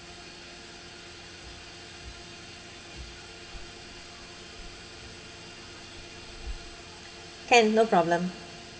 can no problem